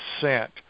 sent